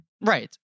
Right